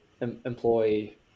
employee